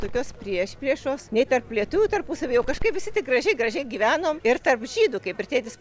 tokios priešpriešos nei tarp lietuvių tarpusavy o kažkaip visi tik gražiai gražiai gyvenom ir tarp žydų kaip ir tėtis